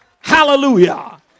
Hallelujah